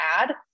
add